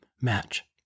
Match